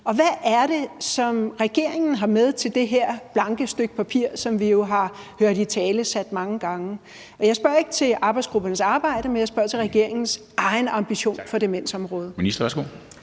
Hvad er det, som regeringen har med til det her blanke stykke papir, som vi jo har hørt italesat mange gange? Og jeg spørger ikke til arbejdsgruppernes arbejde, men jeg spørger til regeringens egen ambition for demensområdet. Kl. 13:25 Formanden